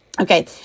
Okay